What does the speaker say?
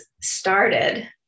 started